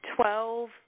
Twelve